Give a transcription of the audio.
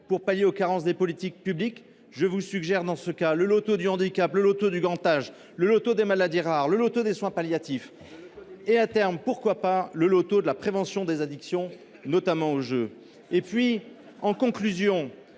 pour pallier les carences des politiques publiques ? Je vous suggère dans ce cas le loto du handicap, le loto du grand âge, le loto des maladies rares, le loto des soins palliatifs et, à terme, pourquoi pas, le loto de la prévention des addictions, notamment aux jeux ! Pourquoi